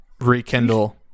rekindle